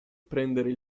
prendere